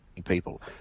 People